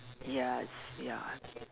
ya it's ya